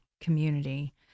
community